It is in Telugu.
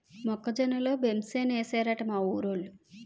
మొక్క జొన్న లో బెంసేనేశారట మా ఊరోలు